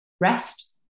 rest